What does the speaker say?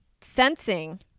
sensing